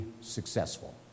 successful